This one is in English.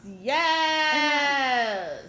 Yes